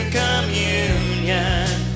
communion